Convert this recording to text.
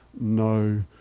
no